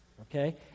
okay